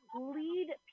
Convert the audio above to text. lead